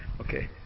Okay